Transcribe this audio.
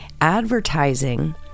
advertising